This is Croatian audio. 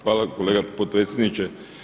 Hvala kolega potpredsjedniče.